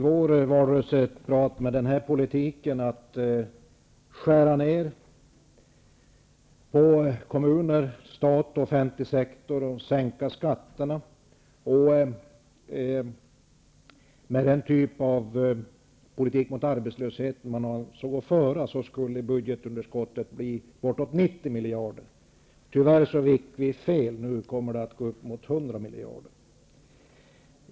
Med tanke på politiken med nedskärningar av offentlig verksamhet och sänkta skatter och den typ av politik mot arbetslösheten som de avsåg att föra ansåg vi att budgetunderskottet skulle bli bortåt 90 miljarder kronor. Tyvärr fick vi fel. Det visar sig nu att det kommer att gå upp mot 100 miljarder.